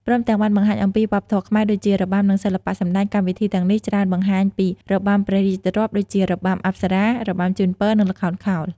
ព្រមទាំងបានបង្ហាញអំពីវប្បធម៌ខ្មែរដូចជា របាំ និងសិល្បៈសម្តែង កម្មវិធីទាំងនេះច្រើនបង្ហាញពី របាំព្រះរាជទ្រព្យ ដូចជា របាំអប្សរា របាំជូនពរ និងល្ខោនខោល។